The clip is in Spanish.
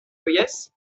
oyes